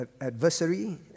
adversary